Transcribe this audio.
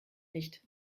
nicht